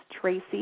Tracy